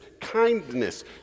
kindness